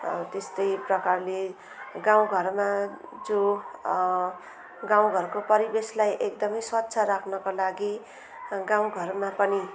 त्यस्तै प्रकारले गाउँघरमा जो गाउँघरको परिवेशलाई एकदमै स्वच्छ राख्नको लागि गाउँघरमा पनि